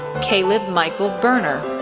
caleb michael boerner,